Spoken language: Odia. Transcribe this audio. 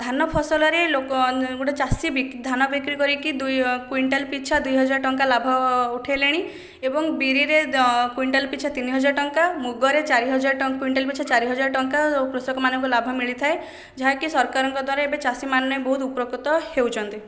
ଧାନ ଫସଲରେ ଲୋକ ଗୋଟେ ଚାଷୀ ବି ଧାନ ବିକ୍ରି କରିକି ଦୁଇ କୁଇଣ୍ଟାଲ୍ ପିଛା ଦୁଇ ହଜାର ଟଙ୍କା ଲାଭ ଉଠେଇଲେଣି ଏବଂ ବିରିରେ କୁଇଣ୍ଟାଲ୍ ପିଛା ତିନି ହଜାର ଟଙ୍କା ମୁଗରେ ଚାରି ହଜାର ଟଙ୍କା କୁଇଣ୍ଟାଲ୍ ପିଛା ଚାରି ହଜାର ଟଙ୍କା କୃଷକମାନଙ୍କୁ ଲାଭ ମିଳିଥାଏ ଯାହାକି ସରକାରଙ୍କ ଦ୍ୱାରା ଏବେ ଚାଷୀମାନେ ବହୁତ ଉପକୃତ ହେଉଛନ୍ତି